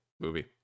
Movie